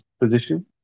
position